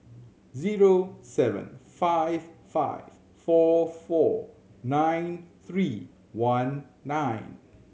zero seven five five four four nine three one nine